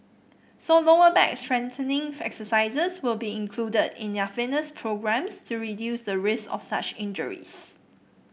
so lower back strengthening exercises will be included in their fitness programmes to reduce the risk of such injuries